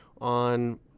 on